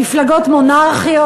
מפלגות מונרכיות,